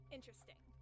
Interesting